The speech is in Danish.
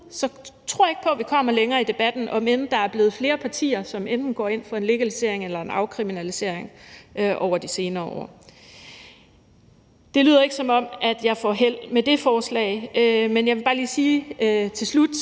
så tror jeg ikke på, at vi kommer længere i debatten, om end der er blevet flere partier, som enten går ind for en legalisering eller en afkriminalisering, over de senere år. Det lyder ikke, som om jeg får held med det forslag, men jeg vil bare lige sige til slut,